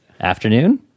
afternoon